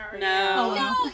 No